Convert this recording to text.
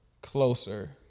closer